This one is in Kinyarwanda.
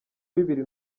bibiri